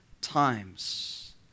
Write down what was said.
times